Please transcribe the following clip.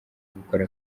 gukora